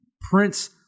Prince